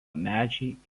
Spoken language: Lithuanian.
medžiai